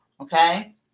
Okay